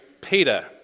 Peter